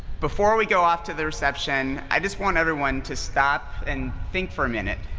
before we go off to the reception, i just want everyone to stop and think for a minute.